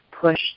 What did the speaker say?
push